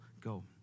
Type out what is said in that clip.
go